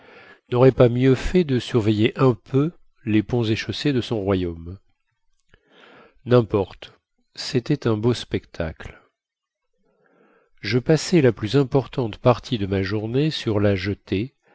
naurait pas mieux fait de surveiller un peu les ponts et chaussées de son royaume nimporte cétait un beau spectacle je passai la plus importante partie de ma journée sur la jetée